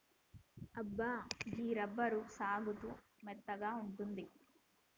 అబ్బా గీ రబ్బరు సాగుతూ మెత్తగా ఉంటుంది